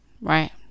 right